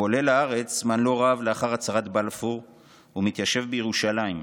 הוא עולה לארץ זמן לא רב לאחר הצהרת בלפור ומתיישב בירושלים,